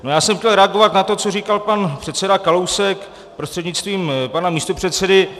A já jsem chtěl reagovat na to, co říkal pan předseda Kalousek prostřednictvím pana místopředsedy.